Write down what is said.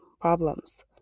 problems